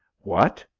what!